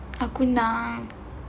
aku nak